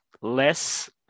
less